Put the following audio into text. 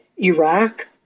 Iraq